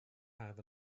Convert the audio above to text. have